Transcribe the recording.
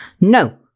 No